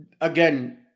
Again